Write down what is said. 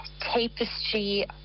tapestry